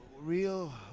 real